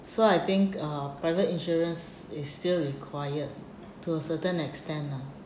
so I think uh private insurance is still required to a certain extent lah